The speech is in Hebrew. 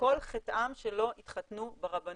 כל חטאם שלא התחתנו ברבנות.